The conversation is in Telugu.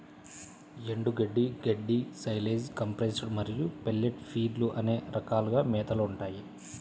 ఎండుగడ్డి, గడ్డి, సైలేజ్, కంప్రెస్డ్ మరియు పెల్లెట్ ఫీడ్లు అనే రకాలుగా మేతలు ఉంటాయి